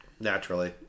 Naturally